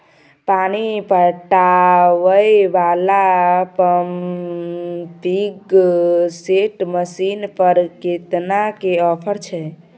पानी पटावय वाला पंपिंग सेट मसीन पर केतना के ऑफर छैय?